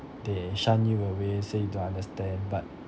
they shun you away say you don't understand but